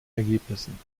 ergebnissen